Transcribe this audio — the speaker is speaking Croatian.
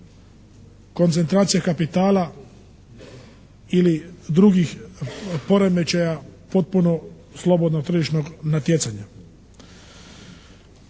koncentracije kapitala ili drugih poremećaja, potpuno slobodnog tržišnog natjecanja.